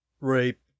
rape